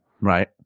Right